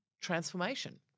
transformation